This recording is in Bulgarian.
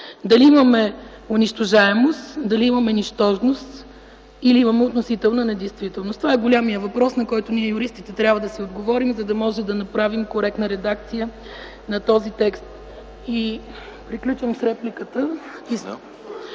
дали имаме унищожаемост, дали имаме нищожност или имаме относителна недействителност. Това е големият въпрос, на който ние, юристите, трябва да си отговорим, за да можем да направим коректна редакция на този текст. Приключвам с репликата.